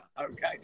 okay